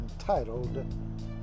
entitled